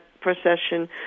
procession